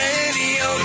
Radio